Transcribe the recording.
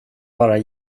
vara